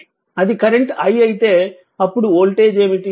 అది current i అయితే అప్పుడు వోల్టేజ్ ఏమిటి